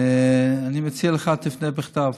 אני מציע לך, תפנה בכתב.